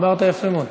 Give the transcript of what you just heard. דיברת יפה מאוד,